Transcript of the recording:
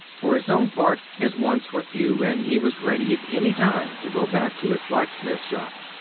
for his own part, his wants were few, and he was ready at any time to go back to his blacksmith's shop.